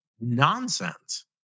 nonsense